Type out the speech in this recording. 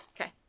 Okay